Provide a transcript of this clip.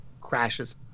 Crashes